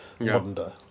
wonder